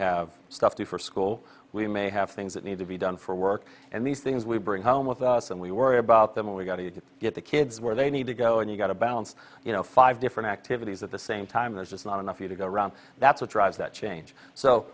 have stuff to for school we may have things that need to be done for work and these things we bring home with us and we worry about them and we've got to get the kids where they need to go and you've got to balance you know five different activities at the same time there's just not enough you to go around that's what drives that change so